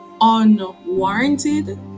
unwarranted